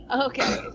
Okay